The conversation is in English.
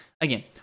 again